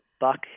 buck